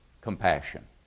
compassion